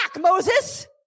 Moses